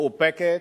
מאופקת.